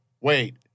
Wait